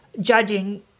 judging